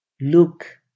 Look